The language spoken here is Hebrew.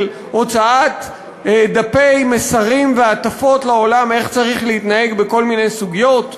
של הוצאת דפי מסרים והטפות לעולם איך צריך להתנהג בכל מיני סוגיות?